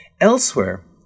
Elsewhere